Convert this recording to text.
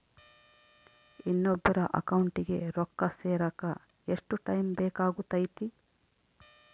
ಇನ್ನೊಬ್ಬರ ಅಕೌಂಟಿಗೆ ರೊಕ್ಕ ಸೇರಕ ಎಷ್ಟು ಟೈಮ್ ಬೇಕಾಗುತೈತಿ?